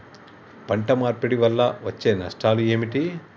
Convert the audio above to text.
పంట మార్పిడి వల్ల వచ్చే నష్టాలు ఏమిటి?